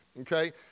Okay